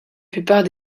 plupart